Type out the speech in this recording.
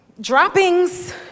droppings